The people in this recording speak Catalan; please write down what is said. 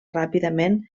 ràpidament